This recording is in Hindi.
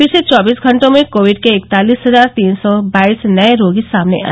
पिछले चौबीस घटों में कोविड के इकतालिस हजार तीन सौ बाईस नये रोगी सामने आए